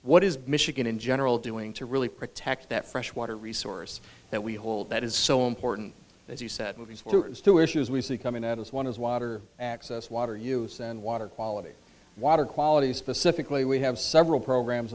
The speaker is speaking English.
what is michigan in general doing to really protect that freshwater resource that we hold that is so important as you said movie to issues we see coming at us one is water access water use and water quality water quality specifically we have several programs